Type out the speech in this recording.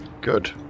Good